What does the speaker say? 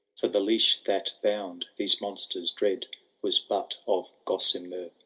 for the leash that bound these monsters dread was but of gossamer.